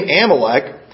Amalek